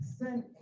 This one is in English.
send